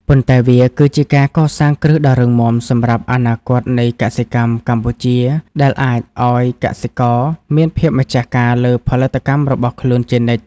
ប៉ុន្តែវាគឺជាការកសាងគ្រឹះដ៏រឹងមាំសម្រាប់អនាគតនៃកសិកម្មកម្ពុជា ដែលអាចឱ្យកសិករមានភាពម្ចាស់ការលើផលិតកម្មរបស់ខ្លួនជានិច្ច។